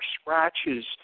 scratches